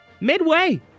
Midway